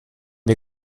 wir